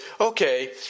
okay